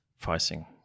pricing